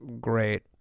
great